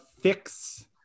fix